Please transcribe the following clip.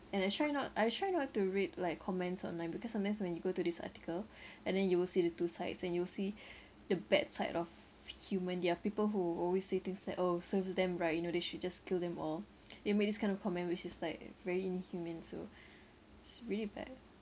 and I try not I try not to read like comments online because sometimes when you go to this article and then you will see the two sides and you'll see the bad side of human there are people who always say things like oh serves them right you know they should just kill them all they make this kind of comment which is like very inhumane so it's really bad